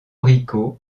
rico